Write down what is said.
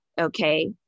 okay